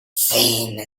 seemed